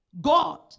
God